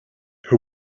who